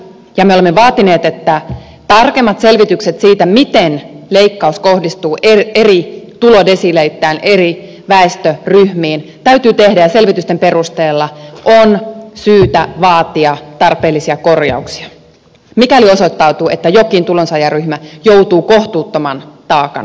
ja me olemme vaatineet että tarkemmat selvitykset siitä miten leikkaus kohdistuu eri tulodesiileittäin eri väestöryhmiin täytyy tehdä ja selvitysten perusteella on syytä vaatia tarpeellisia korjauksia mikäli osoittautuu että jokin tulonsaajaryhmä joutuu kohtuuttoman taakan alle